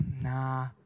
nah